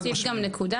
אני אוסיף גם נקודה,